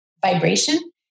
vibration